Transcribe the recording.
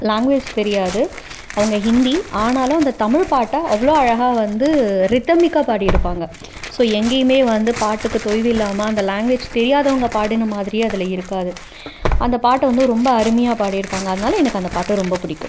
language தெரியாது அவங்க ஹிந்தி ஆனாலும் அந்த தமிழ் பாட்டை அவ்வளோ அழகாக வந்து ரித்தமிக்கா பாடியிருப்பாங்க ஸோ எங்கேயுமே வந்து பாட்டுக்கு தொய்வு இல்லாமல் அந்த லாங்வேஜ் தெரியாதவங்க பாடின மாதிரியே அதில் இருக்காது அந்த பாட்டை வந்து ரொம்ப அருமையாக பாடிருப்பாங்க அதனால் எனக்கு அந்த பாட்டை ரொம்ப பிடிக்கும்